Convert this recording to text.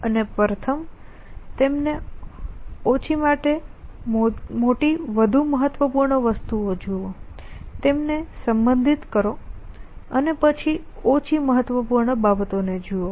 અને પ્રથમ તેમને ઓછી માટે મોટી વધુ મહત્વપૂર્ણ વસ્તુઓ જુઓ તેમને સંબોધિત કરો અને પછી ઓછી મહત્વપૂર્ણ બાબતોને જુઓ